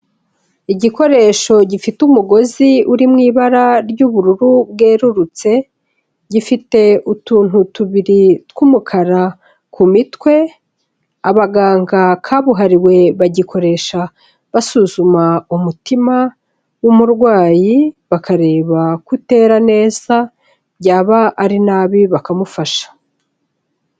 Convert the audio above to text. Igikoresho gifite umugozi uri mu ibara ry'ubururu bwerurutse, gifite utuntu tubiri tw'umukara ku mitwe, abaganga kabuhariwe bagikoresha basuzuma umutima w'umurwayi bakareba ko utera neza byaba ari nabi bakamufasha.